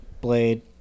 Blade